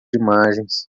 imagens